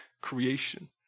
creation